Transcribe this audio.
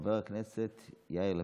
חבר הכנסת יאיר לפיד,